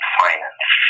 finance